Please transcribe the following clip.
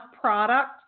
product